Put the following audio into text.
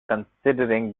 considering